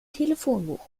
telefonbuch